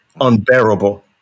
unbearable